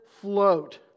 float